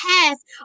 past